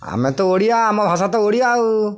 ଆମେ ତ ଓଡ଼ିଆ ଆମ ଭାଷା ତ ଓଡ଼ିଆ ଆଉ